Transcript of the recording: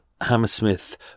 Hammersmith